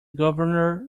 governor